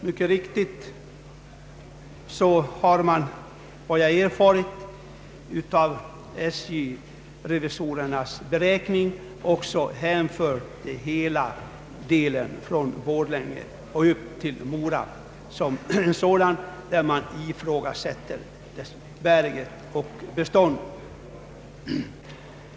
Mycket riktigt har man nu, enligt vad jag erfarit av SJ-revisorernas beräkning, också hänfört delen från Borlänge och upp till Mora som en sträcka där lönsamhet och fortbestånd ifrågasätts.